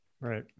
Right